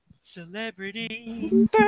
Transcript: celebrity